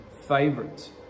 favorites